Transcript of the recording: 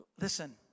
Listen